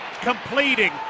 completing